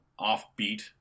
offbeat